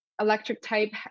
Electric-type